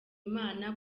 imana